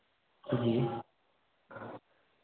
जी